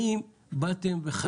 האם באתם וחקרתם?